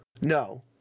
no